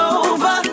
over